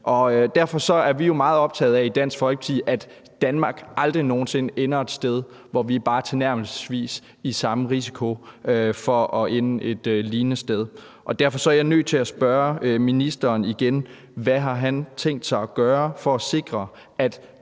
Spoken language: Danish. Derfor er vi jo meget optaget af i Dansk Folkeparti, at Danmark aldrig nogen sinde ender et sted, hvor vi bare tilnærmelsesvis har samme risiko for at ende et lignende sted. Derfor er jeg nødt til at spørge ministeren igen, hvad han har tænkt sig at gøre for at sikre,